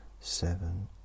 seven